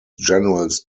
generals